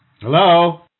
Hello